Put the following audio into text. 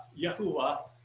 Yahuwah